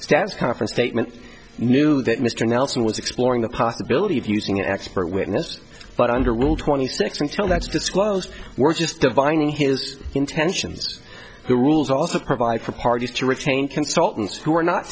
status conference statement knew that mr nelson was exploring the possibility of using an expert witness but under rule twenty six until that's disclosed we're just divine in his intentions who rules also provide for parties to retain consultants who are not